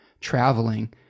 traveling